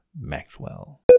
Maxwell